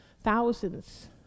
thousands